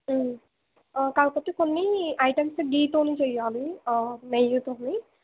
కాకపోతే కొన్నీ items ghee తో చేయాలి నెయ్యితో